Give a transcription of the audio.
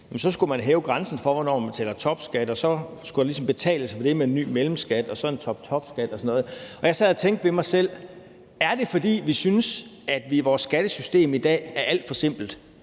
skulle grænsen for, hvornår man betaler topskat, hæves, og så skulle det ligesom betales med en ny mellemskat og så en toptopskat og sådan noget. Jeg sad og tænkte ved mig selv, om det er, fordi vores skattesystem i dag er alt for simpelt,